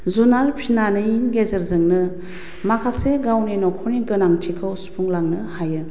जुनार फिसिनायनि गेजेरजोंनो माखासे गावनि न'खरनि गोनांथिखौ सुफुंलांनो हायो